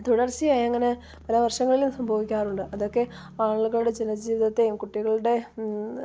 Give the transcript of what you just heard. തുടർച്ചയായി അങ്ങനെ പല വർഷങ്ങളിലും സംഭവിക്കാറുണ്ട് അതൊക്കെ ആളുകളുടെ ജന ജീവിതത്തേയും കുട്ടികളുടെ ഇന്ന്